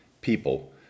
people